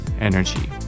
energy